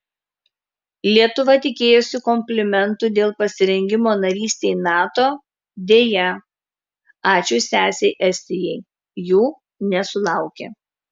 lietuva tikėjosi komplimentų dėl pasirengimo narystei nato deja ačiū sesei estijai jų nesulaukė